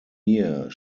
year